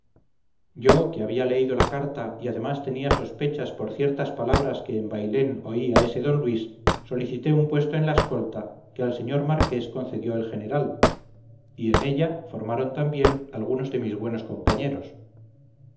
yo que había leído la carta y además tenía sospechas por ciertas palabras que en bailén oí a ese d luis solicité un puesto en la escolta que al señor marqués concedió el general y en ella formaron también algunos de mis buenos compañeros